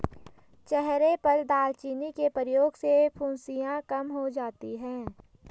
चेहरे पर दालचीनी के प्रयोग से फुंसियाँ कम हो जाती हैं